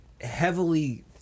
heavily